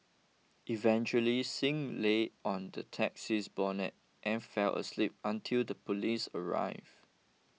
eventually Singh lay on the taxi's bonnet and fell asleep until the police arrived